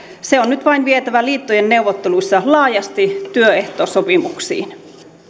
se on nyt vain vietävä liittojen neuvotteluissa laajasti työehtosopimuksiin